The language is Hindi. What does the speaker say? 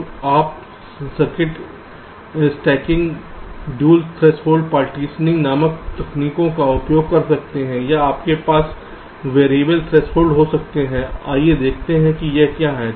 तो आप transistor stacking dual threshold partitioning नामक तकनीक का उपयोग कर सकते हैं या आपके पास वैरिएबल थ्रेसहोल्ड हो सकते हैं आइए देखते हैं कि यह क्या हैं